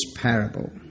parable